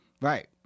right